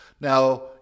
Now